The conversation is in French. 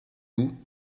vous